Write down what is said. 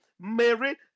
Mary